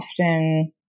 often